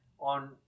on